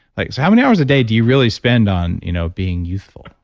like so how many hours a day do you really spend on you know being youthful?